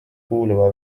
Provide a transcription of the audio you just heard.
kuuluva